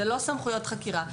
אלה לא סמכויות חקירה.